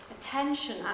attention